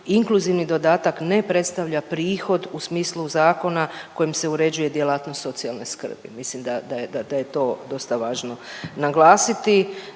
inkluzivni dodatak ne predstavlja prihod u smislu Zakona kojim se uređuje djelatnost socijalne skrbi mislim da je to dosta važno naglasiti.